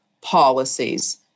Policies